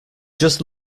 just